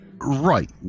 Right